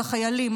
החיילים,